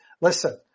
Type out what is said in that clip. listen